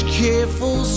careful